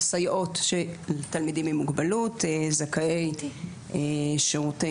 לסייעות לתלמידים עם מוגבלות זכאי שירותי